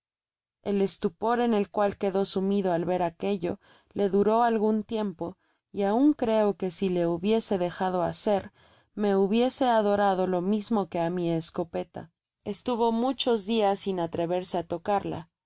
el estupor en el cual quedó sumido al ver aquello le duró algun tiempo y aun creo que si le hubiese dejado hacer me hubiese adorado lo mismo que á mi escopeta estuvo muchos dias sin atreverse á tocarla